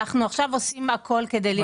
אנחנו עכשיו עושים הכול כדי לרכוש.